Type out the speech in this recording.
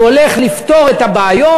והבטיח שהוא הולך לפתור את הבעיות.